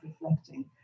reflecting